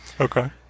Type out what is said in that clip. Okay